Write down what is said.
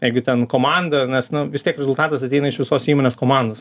jeigu ten komanda nes nu vis tiek rezultatas ateina iš visos įmonės komandos